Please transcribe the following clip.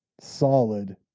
solid